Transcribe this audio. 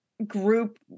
group